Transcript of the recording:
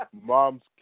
Mom's